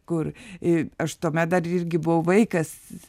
kur i aš tuomet dar irgi buvau vaikas